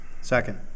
Second